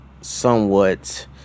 somewhat